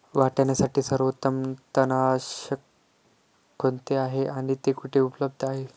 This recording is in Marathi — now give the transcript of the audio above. वाटाण्यासाठी सर्वोत्तम तणनाशक कोणते आहे आणि ते कुठे उपलब्ध आहे?